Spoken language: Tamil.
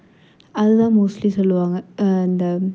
அதுதான் மோஸ்ட்லி சொல்லுவாங்க அந்த